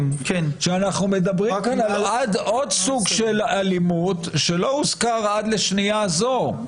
שאנחנו מדברים על עוד סוג של אלימות שלא הוזכר עד לשנייה הזו,